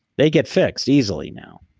they get fixed easily now,